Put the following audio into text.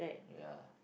ya